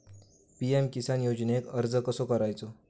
PM Kisan योजनेक अर्ज कसो करायचो?